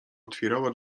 otwierała